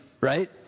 right